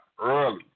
early